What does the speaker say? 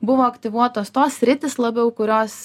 buvo aktyvuotos tos sritys labiau kurios